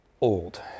old